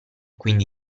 quindi